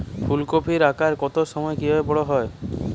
ফুলকপির আকার কম সময়ে কিভাবে বড় হবে?